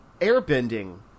airbending